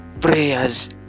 prayers